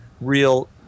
real